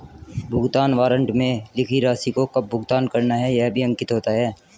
भुगतान वारन्ट में लिखी राशि को कब भुगतान करना है यह भी अंकित होता है